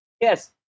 Yes